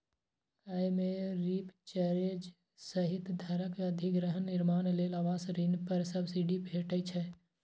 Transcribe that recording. अय मे रीपरचेज सहित घरक अधिग्रहण, निर्माण लेल आवास ऋण पर सब्सिडी भेटै छै